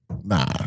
Nah